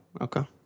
Okay